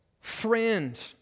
friend